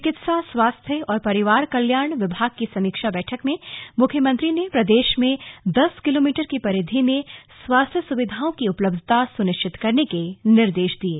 चिकित्सा स्वास्थ्य और परिवार कल्याण विभाग की समीक्षा बैठक में मुख्यमंत्री ने प्रदेश में दस किलोमीटर की परिधि में स्वास्थ्य सुविधाओं की उपलब्धता सुनिश्चित करने के निर्देश दिये